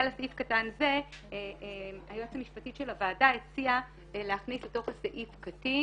להערה של היועצת המשפטית לגבי חובות הדיווח.